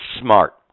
smart